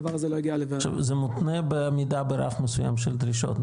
הדבר הזה לא הגיע -- זה מותנה ברף מסוים של דרישות,